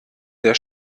der